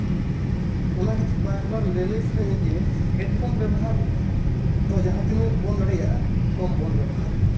ᱚᱱᱟ ᱠᱷᱟᱹᱛᱤᱨ ᱵᱟᱨ ᱵᱟᱨ ᱞᱟᱞᱟᱹᱭ ᱥᱟᱱᱟᱧᱟ ᱡᱮ ᱦᱮᱹᱰᱯᱷᱳᱱ ᱵᱮᱵᱚᱦᱟᱨ ᱫᱚ ᱡᱟᱦᱟᱸ ᱛᱤᱱᱟᱹᱜ ᱵᱚᱱ ᱫᱟᱲᱮᱭᱟᱜᱼᱟ ᱠᱚᱢ ᱵᱚᱱ ᱵᱮᱵᱚᱦᱟᱨᱟ